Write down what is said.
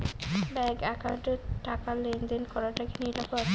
Bank একাউন্টত টাকা লেনদেন করাটা কি নিরাপদ?